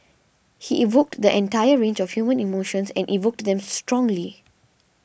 he evoked the entire range of human emotions and evoked them strongly